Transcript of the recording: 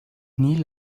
neal